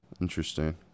Interesting